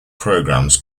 programs